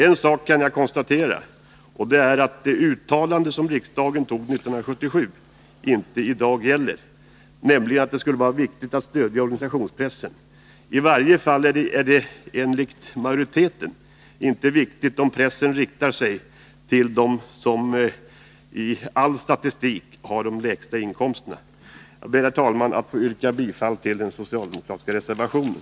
En sak kan jag konstatera, och det är att det uttalande som riksdagen gjorde 1977 inte gäller i dag, nämligen uttalandet att det skulle vara viktigt att stödja organisationspressen. I varje fall är det enligt majoriteten inte viktigt om det är fråga om en press som riktar sig till dem som enligt all statistik har de lägsta inkomsterna. Herr talman! Jag ber att få yrka bifall till den socialdemokratiska reservationen.